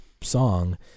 song